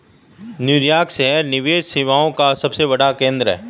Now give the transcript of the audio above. New York शहर निवेश सेवाओं का सबसे बड़ा केंद्र है